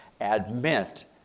admit